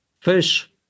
fish